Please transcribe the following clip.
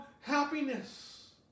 happiness